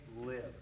live